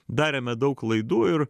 darėme daug klaidų ir